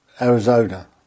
Arizona